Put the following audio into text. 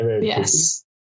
Yes